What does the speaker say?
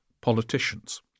politicians